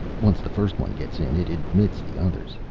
once the first one gets in it admits the others.